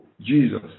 Jesus